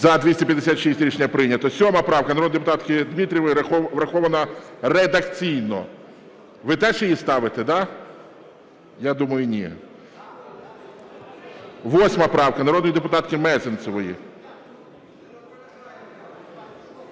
За-256 Рішення прийнято. 7 правка народної депутатки Дмитрієвої. Врахована редакційно. Ви теж її ставите, да? Я думаю, ні. 8 правка народної депутатки Мезенцевої.